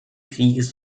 krieges